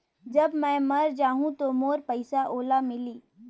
जब मै मर जाहूं तो मोर पइसा ओला मिली?